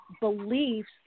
beliefs